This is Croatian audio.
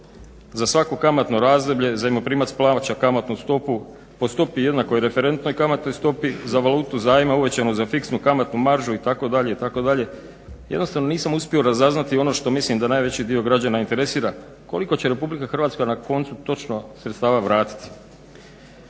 za svako kamatno razdoblje zajmoprimac plaća kamatnu stopu po stopi jednakoj referentnoj kamatnoj stopi za valutu zajma uvećanu za fiksnu kamatnu maržu itd., itd. jednostavno nisam uspio razaznati ono što mislim da najveći dio građana interesira, koliko će RH na koncu točno sredstava vratiti?